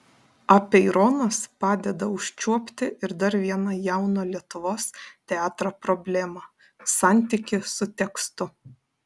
apeironas padeda užčiuopti ir dar vieną jauno lietuvos teatro problemą santykį su tekstu